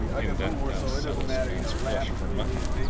in that thou sellest man's flesh for mutton!